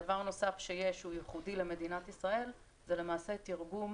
דבר נוסף שהוא ייחודי למדינת ישראל זה למעשה תרגום